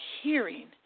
hearing